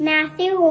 Matthew